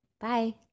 Bye